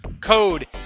code